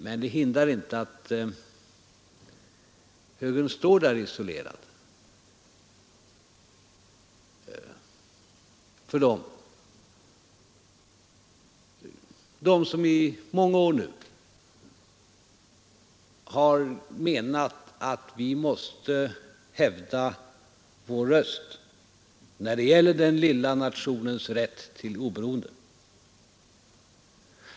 Men det hindrar inte att moderaterna står där isolerade från dem som i många år nu har menat att vi måste hävda vår röst när det gäller den lilla nationens rätt till oberoende.